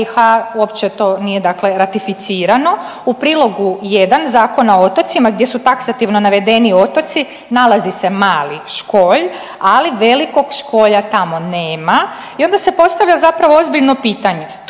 BiH uopće to nije, dakle ratificirano. U prilogu jedan Zakona o otocima gdje su taksativno navedeni otoci nalazi se Mali Školj, ali Velikog Školja tamo nema. I onda se postavlja zapravo ozbiljno pitanje